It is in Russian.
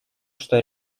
что